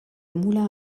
moulin